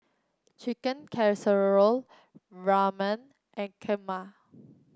Chicken Casserole Ramen and Kheema